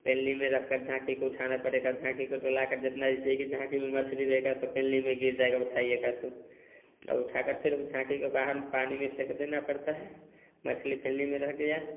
पेलनी में रखकर झाँखी को उठाना पड़ेगा झाँखी को डोलाकर जेतना जैसे है कि झाँखी में मछली रहेगा तो पेलनी में गिर जाएगा उठाइएगा तो औ उठाकर फेर उ झाँखी के बाहर पानी में फेंक देना पड़ता है मछली पेलनी में रह गया